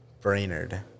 Brainerd